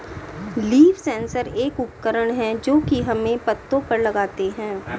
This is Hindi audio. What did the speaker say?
लीफ सेंसर एक उपकरण है जो की हम पत्तो पर लगाते है